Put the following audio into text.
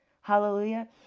Hallelujah